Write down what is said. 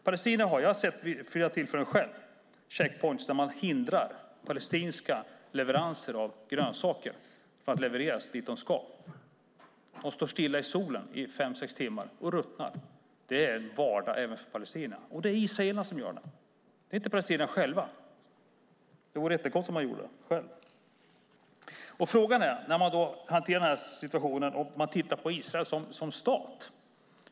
Jag har själv vid flera tillfällen sett checkpoints där man hindrar palestinska leveranser av grönsaker. De står stilla i solen i fem sex timmar och ruttnar. Det är vardag även för palestinierna, och det är israelerna som gör det. Det är inte palestinierna själva. Det vore jättekonstigt om de gjorde det själva. Man kan titta på hur Israel fungerar som stat.